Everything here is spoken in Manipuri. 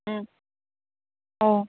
ꯎꯝ ꯑꯣ